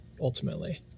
ultimately